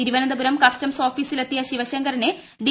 Thiruvananthapuram customs ഓഫീസിലെത്തിയ ശിവശങ്കറിനെ D